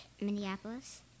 Minneapolis